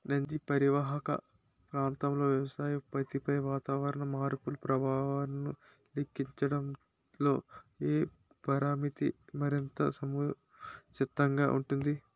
నదీ పరీవాహక ప్రాంతంలో వ్యవసాయ ఉత్పత్తిపై వాతావరణ మార్పుల ప్రభావాలను లెక్కించడంలో ఏ పరామితి మరింత సముచితంగా ఉంటుంది?